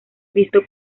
visto